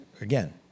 Again